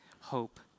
hope